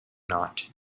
not